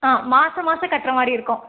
ஆ மாதம் மாதம் கட்டுற மாதிரி இருக்கும்